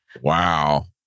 Wow